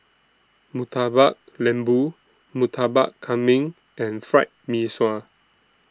Murtabak Lembu Murtabak Kambing and Fried Mee Sua